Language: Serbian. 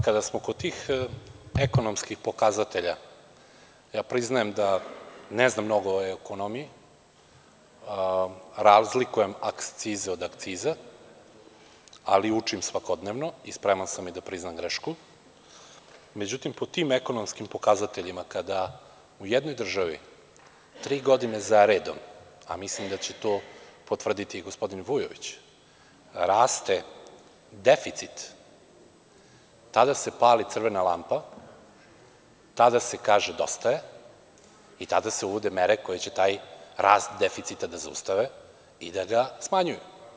Kada smo kod tih ekonomskih pokazatelja, priznajem da ne znam mnogo o ekonomiji, razlikujem „akscize“ od „akciza“, ali učim svakodnevno i spreman sam da priznam grešku, međutim, po tim ekonomskim pokazateljima, kada u jednoj državi, tri godine za redom, a mislim da će to potvrditi i gospodin Vujović, rast deficit, tada se pali crvena lampa, tada se kaže – dosta je i tada se uvode mere koje će taj rast deficita da zaustave i da ga smanjuju.